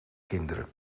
kinderen